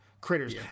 critters